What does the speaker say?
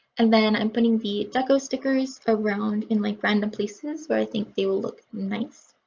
and then i'm putting the deco stickers around in like random places where i think they will look nice.